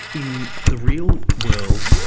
in the real world,